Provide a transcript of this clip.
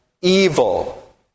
evil